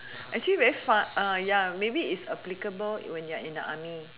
actually very fun ya maybe it's applicable when you're in the army